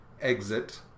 exit